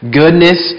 goodness